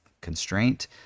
constraint